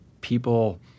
people